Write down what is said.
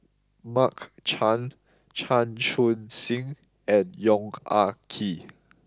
Mark Chan Chan Chun Sing and Yong Ah Kee